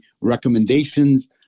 recommendations